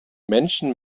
menschen